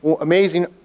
amazing